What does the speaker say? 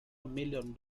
million